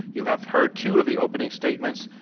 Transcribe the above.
you have heard two of the opening statements,